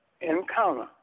encounter